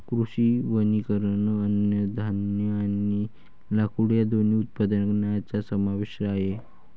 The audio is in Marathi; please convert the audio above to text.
कृषी वनीकरण अन्नधान्य आणि लाकूड या दोन्ही उत्पादनांचा समावेश आहे